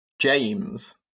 James